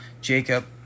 jacob